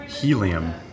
helium